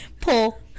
Pull